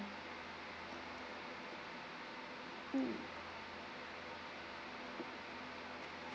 mm